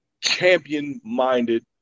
champion-minded